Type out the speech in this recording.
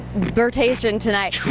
birtation tonight,